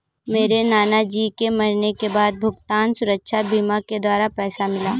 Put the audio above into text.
मेरे नाना जी के मरने के बाद भुगतान सुरक्षा बीमा के द्वारा पैसा मिला